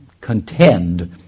contend